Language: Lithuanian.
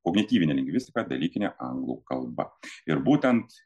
kognityvinė lingvistika dalykinė anglų kalba ir būtent